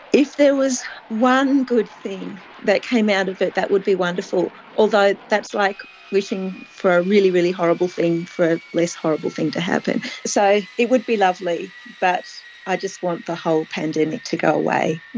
if there was one good thing that came out of it, that would be wonderful. although that's like wishing for a really, really horrible thing for a less horrible thing to happen. so it would be lovely, but i just want the whole pandemic to go away,